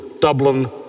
Dublin